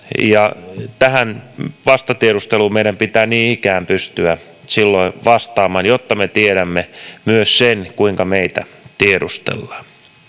ja tähän vastatiedusteluun meidän pitää niin ikään pystyä silloin vastaamaan jotta me tiedämme myös sen kuinka meitä tiedustellaan